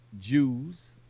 Jews